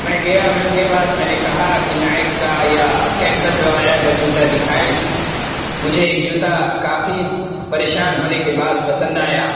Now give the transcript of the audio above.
میں گیا میں ان کے پاس میں نے کہا کہ نائک کا یا کیمپس وغیرہ کا جوتا دکھائیں مجھے ایک جوتا کافی پریشان ہونے کے بعد پسند آیا